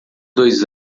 dois